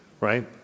right